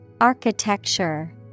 Architecture